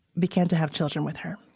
began to have children with her.